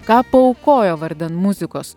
ką paaukojo vardan muzikos